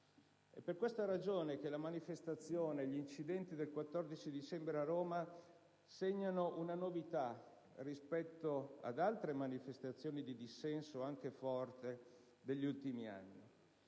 È per questa ragione che la manifestazione e gli incidenti del 14 dicembre a Roma segnano una novità rispetto ad altre manifestazioni di dissenso, anche forte, degli ultimi anni.